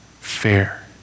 fair